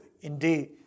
indeed